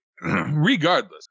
regardless